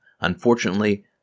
Unfortunately